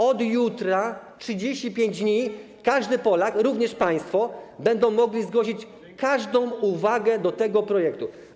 Od jutra przez 35 dni każdy Polak, również państwo, będzie mógł zgłosić każdą uwagę do tego projektu.